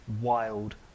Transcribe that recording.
wild